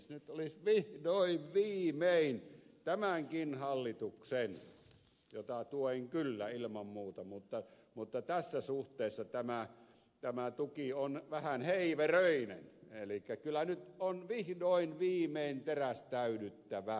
nyt olisi vihdoin viimein tämänkin hallituksen jota tuen kyllä ilman muuta mutta tässä suhteessa tämä tuki on vähän heiveröinen hälikkä kyllä nyt on vihdoin viimein terästäydyttävä